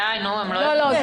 די, נו, הם לא יוכלו.